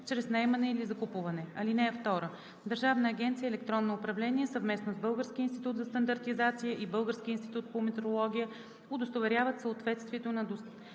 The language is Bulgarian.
чрез наемане или закупуване. (2) Държавна агенция „Електронно управление“ съвместно с Българския институт за стандартизация и Българския институт по метрология удостоверяват съответствието на доставения